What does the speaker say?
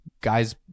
guys